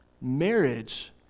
Marriage